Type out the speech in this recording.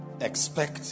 Expect